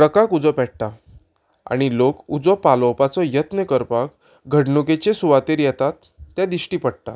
ट्रकाक उजो पेट्टा आनी लोक उजो पालोवपाचो यत्न करपाक घडणुकेचे सुवातेर येतात तें दिश्टी पडटा